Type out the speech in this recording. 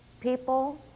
People